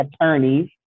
attorneys